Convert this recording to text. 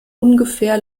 ungefähr